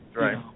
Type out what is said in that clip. Right